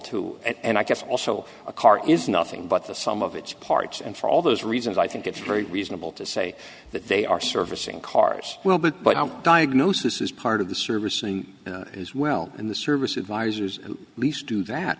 to and i guess also a car is nothing but the sum of its parts and for all those reasons i think it's very reasonable to say that they are surfacing cars will be but a diagnosis is part of the service and is well in the service advisors who lease do that